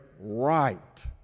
right